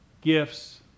gifts